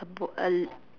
a boat a